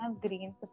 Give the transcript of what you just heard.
green